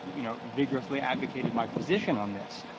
you know, vigorously advocated my position on this.